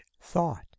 thought